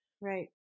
Right